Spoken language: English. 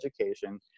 education